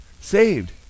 Saved